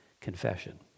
Confession